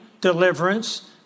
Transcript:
deliverance